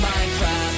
Minecraft